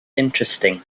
interesting